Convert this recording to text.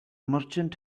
merchant